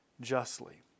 justly